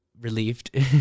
relieved